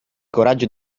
coraggio